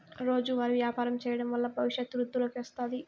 రోజువారీ వ్యాపారం చేయడం వల్ల భవిష్యత్తు వృద్ధిలోకి వస్తాది